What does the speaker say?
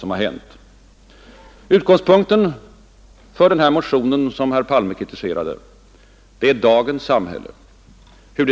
Utgångspunkten för den motion som herr Palme kritiserade är hur dagens samhälle ser ut.